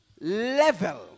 level